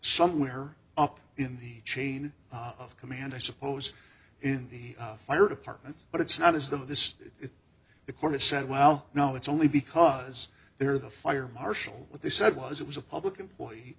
somewhere up in the chain of command i suppose in the fire department but it's not as though this is the court said well no it's only because they're the fire marshal they said was it was a public employee